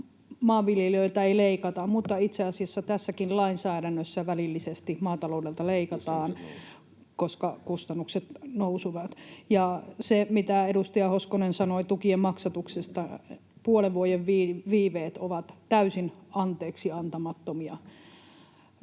maanviljelijöiltä ei leikata, mutta itse asiassa tässäkin lainsäädännössä välillisesti maataloudelta leikataan, koska kustannukset nousevat. Ja se, mitä edustaja Hoskonen sanoi tukien maksatuksesta, niin puolen vuoden viiveet ovat täysin anteeksiantamattomia.